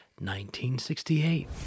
1968